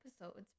episodes